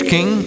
King